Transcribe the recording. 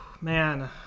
Man